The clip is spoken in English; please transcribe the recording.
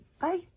Bye